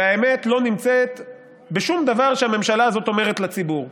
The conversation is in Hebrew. והאמת לא נמצאת בשום דבר שהממשלה הזאת אומרת לציבור.